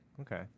okay